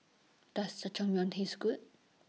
Does Jajangmyeon Taste Good